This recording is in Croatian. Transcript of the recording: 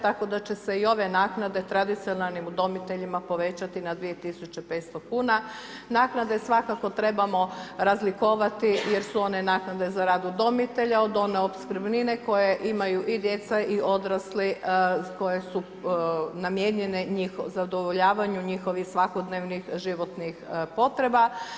Tako da će se i ove naknade tradicionalnim udomiteljima povećati na 2500 kn, naknade svakako trebamo razlikovati jer su one naknade za rad udomitelja, od one opskrbnine, koje imaju i djeca i odrasli, koje su namijenjene zadovoljavanje njihovih svakodnevnih potreba.